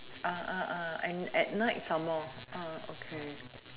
and at night some more okay